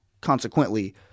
consequently